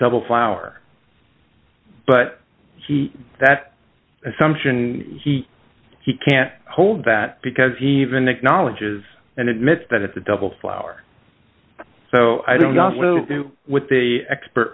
double flower but that assumption he can't hold that because he even acknowledges and admits that it's a double flower so i don't know with the expert